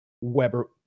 Weber